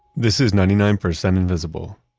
this is ninety nine percent invisible.